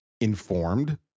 informed